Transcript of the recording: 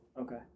Okay